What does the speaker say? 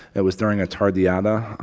it was during a tardeada,